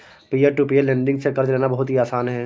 peer to peer lending से कर्ज लेना बहुत ही आसान है